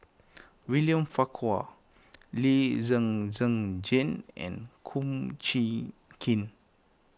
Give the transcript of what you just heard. William Farquhar Lee Zhen Zhen Jane and Kum Chee Kin